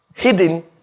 hidden